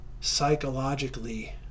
psychologically